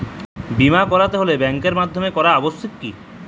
বিমা করাতে হলে ব্যাঙ্কের মাধ্যমে করা আবশ্যিক কি?